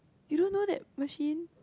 you don't know that machine